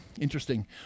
Interesting